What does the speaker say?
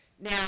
Now